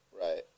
Right